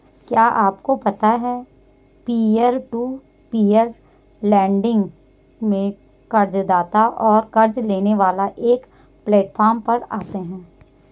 क्या आपको पता है पीयर टू पीयर लेंडिंग में कर्ज़दाता और क़र्ज़ लेने वाला एक प्लैटफॉर्म पर आते है?